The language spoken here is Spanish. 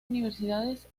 universidades